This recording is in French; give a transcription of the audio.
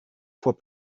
fois